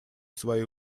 свои